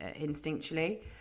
instinctually